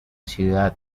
ciudad